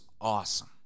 awesome